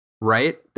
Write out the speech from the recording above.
right